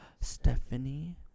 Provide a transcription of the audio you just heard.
Stephanie